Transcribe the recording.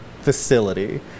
facility